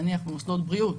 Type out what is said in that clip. נניח במוסדות בריאות,